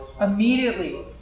immediately